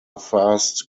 fast